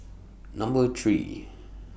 Number three